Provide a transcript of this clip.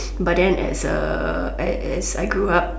but then as a as as I grew up